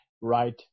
right